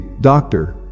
doctor